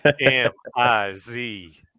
M-I-Z